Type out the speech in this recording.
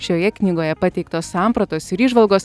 šioje knygoje pateiktos sampratos ir įžvalgos